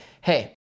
hey